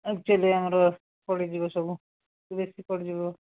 actually ଆମର ପଡ଼ିଯିବ ସବୁ ବେଶୀ ପଡ଼ିଯିବ